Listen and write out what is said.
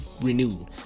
renewed